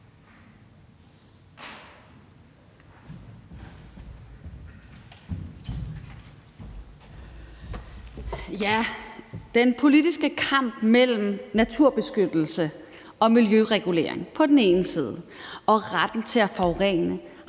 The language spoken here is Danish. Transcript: Den politiske kamp mellem naturbeskyttelse og miljøregulering på den ene side og retten til at forurene